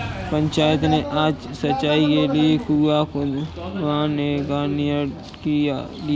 पंचायत ने आज सिंचाई के लिए कुआं खुदवाने का निर्णय लिया है